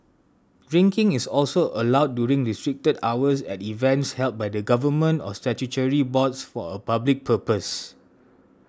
drinking is also allowed during restricted hours at events held by the Government or statutory boards for a public purpose